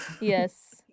yes